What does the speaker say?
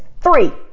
three